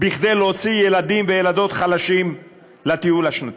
כדי להוציא ילדים וילדות חלשים לטיול השנתי,